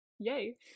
Yay